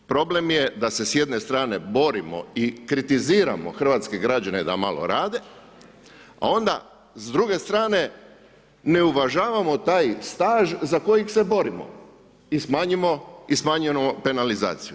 Problem je da se s jedne strane borimo i kritiziramo hrvatske građane da malo rade, a onda s druge strane ne uvažavamo taj staž za kojeg se borimo i smanjujemo penalizaciju.